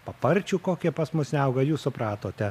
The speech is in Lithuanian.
paparčių kokie pas mus neauga jūs supratote